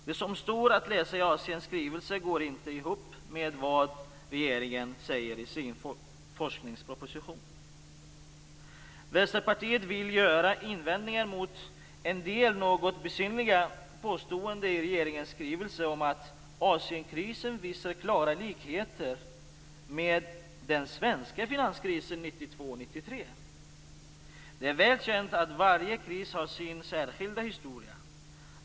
Det som står att läsa i Asienskrivelsen går inte ihop med vad regeringen säger i sin forskningsproposition. Vänsterpartiet vill göra invändningar mot en del något besynnerliga påståenden i regeringens skrivelse om att Asienkrisen visar klara likheter med den svenska finanskrisen 1992-1993. Det är väl känt att varje kris har sin särskilda historia.